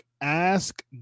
ask